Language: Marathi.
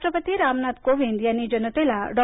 राष्ट्रपती रामनाथ कोविंद यांनी जनतेला डॉ